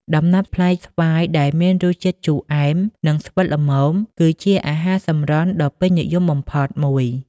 ដំណាប់ផ្លែស្វាយដែលមានរសជាតិជូរអែម និងស្វិតល្មម គឺជាអាហារសម្រន់ដ៏ពេញនិយមបំផុតមួយ។